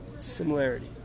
similarity